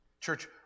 Church